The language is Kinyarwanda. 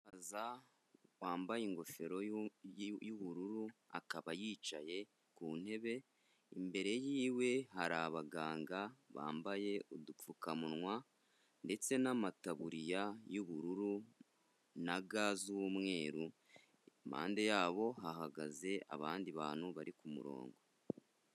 Umusaza wambaye ingofero y'ubururu akaba yicaye ku ntebe, imbere yiwe hari abaganga bambaye udupfukamunwa ndetse n'amataburiya y'ubururu na ga z'umweru impande yabo hahagaze abandi bantu bari ku muronko.